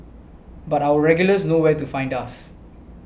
but our regulars know where to find us